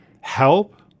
help